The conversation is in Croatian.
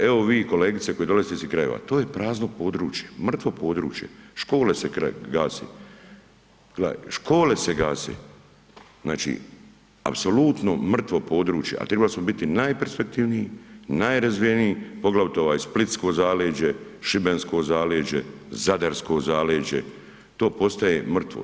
Evo, vi kolegice koja dolazite iz tih krajeva, to je prazno područje, mrtvo područje, škole se gase, gledaj škole se gase, znači apsolutno mrtvo područje, a tribali smo biti najperspektivniji, najrazvijeniji poglavito ovaj splitsko zaleđe, šibensko zaleđe, zadarsko zaleđe, to postaje mrtvo.